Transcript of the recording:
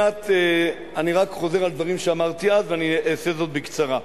אני חוזר על דברים שאמרתי אז ואני אעשה זאת בקצרה.